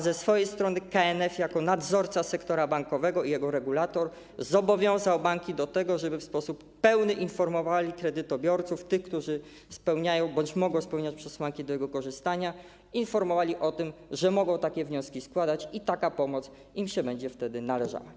Ze swojej strony KNF jako nadzorca sektora bankowego i jego regulator zobowiązał banki do tego, żeby w sposób pełny informowały kredytobiorców, tych, którzy spełniają bądź mogą spełniać przesłanki do korzystania ze wsparcia, o tym, że mogą takie wnioski składać i taka pomoc im się będzie wtedy należała.